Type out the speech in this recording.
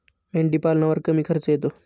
मेंढीपालनावर कमी खर्च येतो